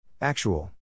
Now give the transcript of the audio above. Actual